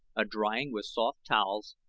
a drying with soft towels,